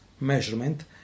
measurement